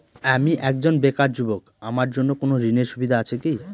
আমি একজন বেকার যুবক আমার জন্য কোন ঋণের সুবিধা আছে কি?